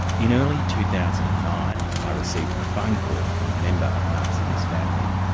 in early two thousand and nine, i received a phone call from a member of mark zimmer's family.